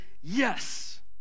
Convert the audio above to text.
yes